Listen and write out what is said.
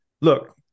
look